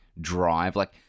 drive—like